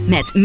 Met